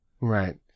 Right